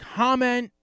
comment